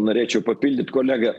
norėčiau papildyt kolegą